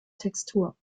textur